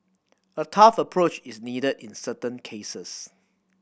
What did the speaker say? a tough approach is needed in certain cases